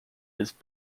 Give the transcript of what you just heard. his